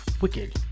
Wicked